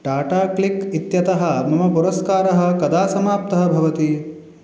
Tata click इत्यतः मम पुरस्कारः कदा समाप्तः भवति